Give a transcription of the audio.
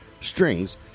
strings